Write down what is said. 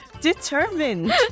Determined